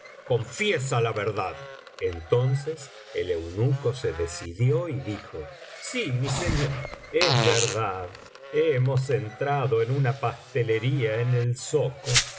confiesa la verdad entonces el eunuco se decidió y dijo í mi señor es verdad hemos entrado en una pastelería en el zoco y